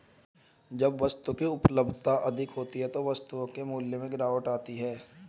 जब वस्तु की उपलब्धता अधिक होती है तो वस्तु के मूल्य में गिरावट आती है